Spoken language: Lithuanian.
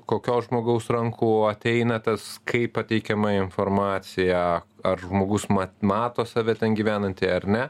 kokio žmogaus rankų ateina tas kaip pateikiama informacija ar žmogus ma mato save ten gyvenantį ar ne